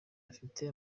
bafite